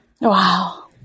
Wow